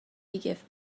tgif